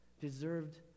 deserved